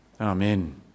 Amen